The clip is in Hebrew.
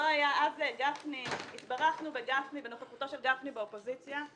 אז התברכנו בנוכחותו של גפני באופוזיציה.